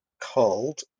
called